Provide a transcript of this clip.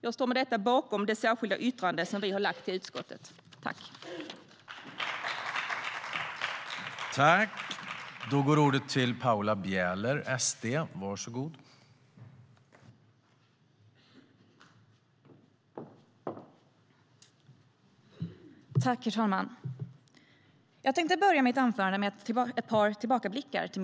Jag står med detta bakom vårt särskilda yttrande i betänkandet.